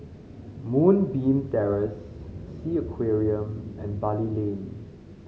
Moonbeam Terrace Sea Aquarium and Bali Lane